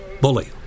bully